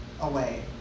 away